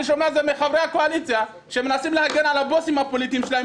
שומע את זה מחברי הקואליציה שמנסים להגן על הבוסים הפוליטיים שלהם,